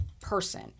person